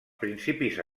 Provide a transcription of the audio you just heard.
principis